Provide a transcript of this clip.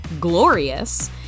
Glorious